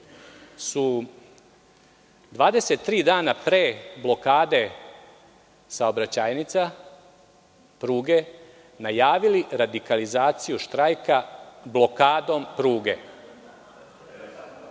su 23 dana pre blokade saobraćajnica, pruge, najavili radikalizaciju štrajka blokadom pruge.